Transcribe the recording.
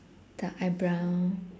the eyebrow